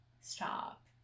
stop